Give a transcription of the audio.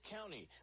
County